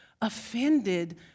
offended